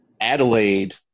Adelaide